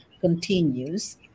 continues